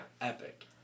epic